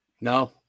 No